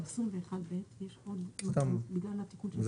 צודק, זה